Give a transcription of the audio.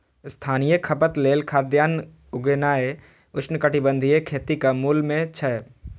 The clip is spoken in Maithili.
स्थानीय खपत लेल खाद्यान्न उगेनाय उष्णकटिबंधीय खेतीक मूल मे छै